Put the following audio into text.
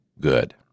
good